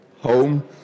home